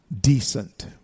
Decent